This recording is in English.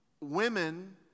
Women